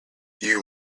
you